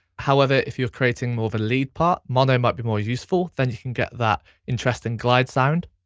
however, if you're creating more of a lead part, mono might be more useful. then you can get that interesting glide sound.